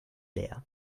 leer